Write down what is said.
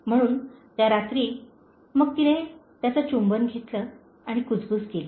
म्हणून त्या रात्री मग तिने त्याचे चुंबन घेतले आणि कुजबुज केली